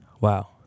Wow